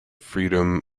freedom